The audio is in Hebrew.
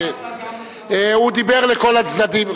הוא דיבר לכל הצדדים.